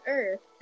earth